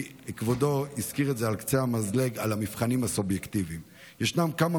כי כבודו הזכיר על קצה המזלג את המבחנים הסובייקטיביים: ישנם כמה